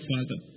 Father